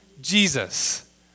Jesus